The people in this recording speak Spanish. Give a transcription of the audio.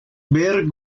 beer